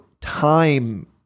time